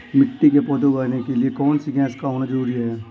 मिट्टी में पौधे उगाने के लिए कौन सी गैस का होना जरूरी है?